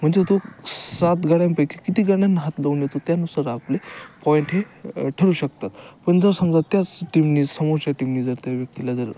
म्हणजे तो सात गड्यांपैकी किती गड्यांना हात लावून येतो त्यानुसार आपले पॉईंट हे ठरू शकतात पण जर समजा त्याच टीमनी समोरच्या टीमनी जर त्या व्यक्तीला जर